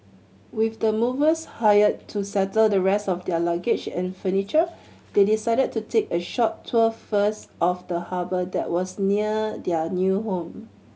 with the movers hired to settle the rest of their luggage and furniture they decided to take a short tour first of the harbour that was near their new home